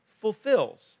fulfills